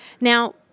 Now